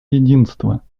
единства